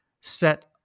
set